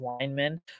linemen